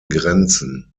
grenzen